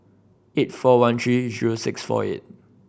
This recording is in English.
eight four one three zero six four eight